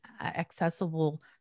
accessible